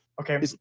okay